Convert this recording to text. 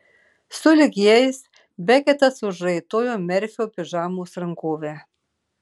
sulig jais beketas užraitojo merfio pižamos rankovę